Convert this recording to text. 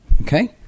Okay